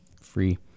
free